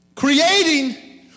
Creating